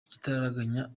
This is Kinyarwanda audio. igitaraganya